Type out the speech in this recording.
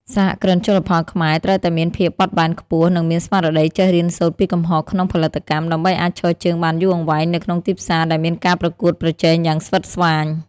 សហគ្រិនជលផលខ្មែរត្រូវតែមានភាពបត់បែនខ្ពស់ និងមានស្មារតីចេះរៀនសូត្រពីកំហុសក្នុងផលិតកម្ម ដើម្បីអាចឈរជើងបានយូរអង្វែងនៅក្នុងទីផ្សារដែលមានការប្រកួតប្រជែងយ៉ាងស្វិតស្វាញ។